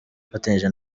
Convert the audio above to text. afatanyije